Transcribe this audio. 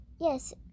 Yes